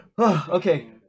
Okay